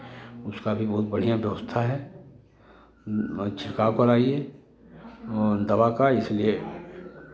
उसका भी बहुत बढ़ियाँ व्यवस्था है छिड़काव कराइए दवा का इसलिए